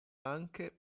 anche